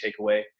takeaway